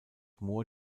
moor